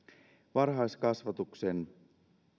varhaiskasvatuksen